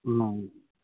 অঁ